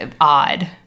odd